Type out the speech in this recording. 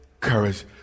courage